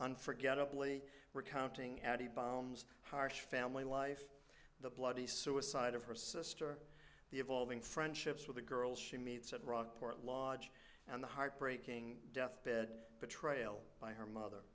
unforgettably recounting addy biomes harsh family life the bloody suicide of her sister the evolving friendships with a girl she meets at rockport lodge and the heartbreaking deathbed betrayal by her mother